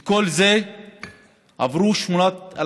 את כל זה עברו 8,500